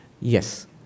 Yes